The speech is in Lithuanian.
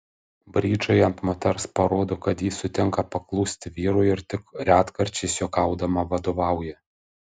bridžai ant moters parodo kad ji sutinka paklusti vyrui ir tik retkarčiais juokaudama vadovauja